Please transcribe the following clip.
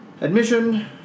Admission